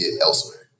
elsewhere